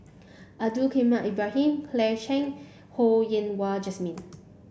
Abdul Kadir Ibrahim Claire Chiang Ho Yen Wah Jesmine